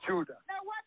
Judah